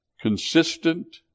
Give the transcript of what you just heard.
consistent